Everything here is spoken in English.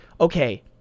okay